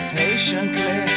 patiently